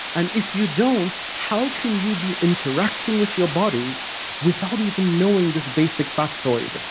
and if you don't, how can you be interacting with your body without even knowing this basic factoid?